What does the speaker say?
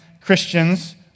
Christians